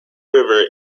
river